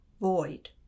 void